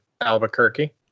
Albuquerque